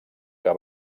que